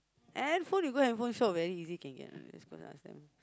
handphone you go handphone shop very easy can get one just go ask them